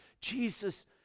Jesus